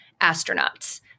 astronauts